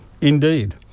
indeed